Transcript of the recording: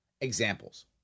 examples